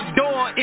door